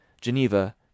Geneva